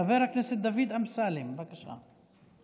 חבר הכנסת דוד אמסלם, בבקשה,